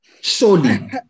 surely